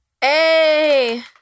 Hey